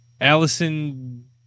Allison